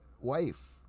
wife